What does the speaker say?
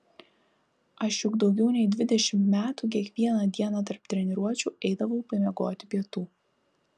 aš juk daugiau nei dvidešimt metų kiekvieną dieną tarp treniruočių eidavau pamiegoti pietų